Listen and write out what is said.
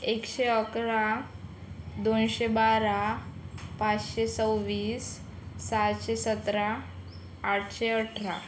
एकशे अकरा दोनशे बारा पाचशे सव्वीस सहाशे सतरा आठशे अठरा